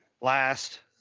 last